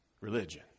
religion